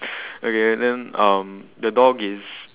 okay then um the dog is